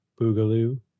Boogaloo